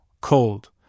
cold